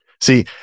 See